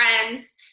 friends